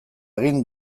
egin